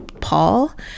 Paul